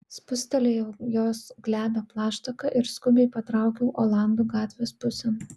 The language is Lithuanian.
spustelėjau jos glebią plaštaką ir skubiai patraukiau olandų gatvės pusėn